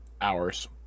hours